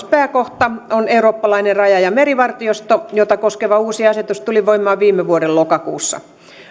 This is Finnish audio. pääkohta on eurooppalainen raja ja merivartiosto jota koskeva uusi asetus tuli voimaan viime vuoden lokakuussa